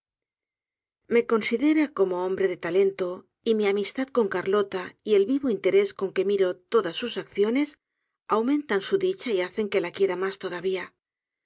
me considera como hombre de talento y mi amistad con carlota y el vivo interés con que miro todas sus acciones aumentan su dicha y hacen que la quiera mas todavía